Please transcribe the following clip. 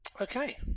Okay